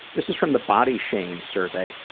this is from the body shame survey,